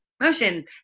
motion